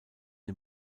den